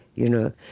you know,